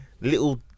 Little